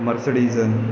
Mercedes